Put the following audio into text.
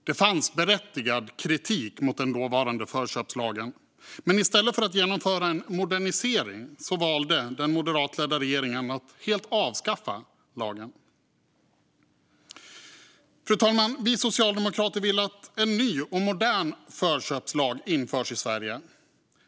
Det fanns berättigad kritik mot den dåvarande förköpslagen, men i stället för att genomföra en modernisering valde den moderatledda regeringen att helt avskaffa lagen. Fru talman! Vi socialdemokrater vill att en ny och modern förköpslag införs i Sverige.